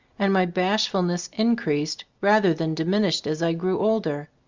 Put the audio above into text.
and my bashfulness increased rather than di minished as i grew older.